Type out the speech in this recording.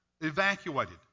evacuated